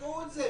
ידעו את זה.